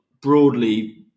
broadly